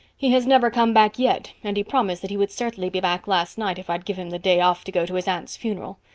he has never come back yet and he promised that he would certainly be back last night if i'd give him the day off to go to his aunt's funeral.